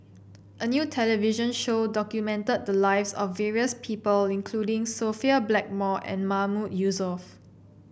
a new television show documented the lives of various people including Sophia Blackmore and Mahmood Yusof